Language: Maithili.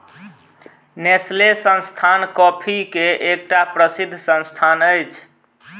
नेस्ले संस्थान कॉफ़ी के एकटा प्रसिद्ध संस्थान अछि